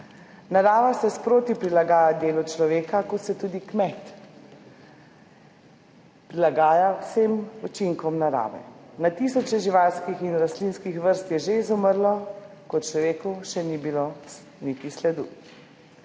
Narava se sproti prilagaja delu človeka, kot se tudi kmet prilagaja vsem učinkom narave. Na tisoče živalskih in rastlinskih vrst je že izumrlo, ko o človeku še ni bilo niti sledu.